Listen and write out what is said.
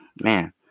Man